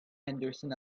henderson